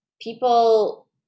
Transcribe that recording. people